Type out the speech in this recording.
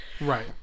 Right